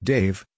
Dave